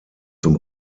zum